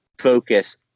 focus